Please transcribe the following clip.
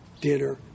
dinner